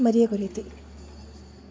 Maria കുര്യത്തിൽ